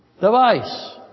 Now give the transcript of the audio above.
device